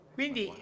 Quindi